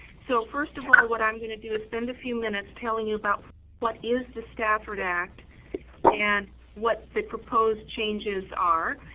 so, first of all, what i'm going to do is spend a few minutes telling you about what is the stafford act and what the proposed changes are.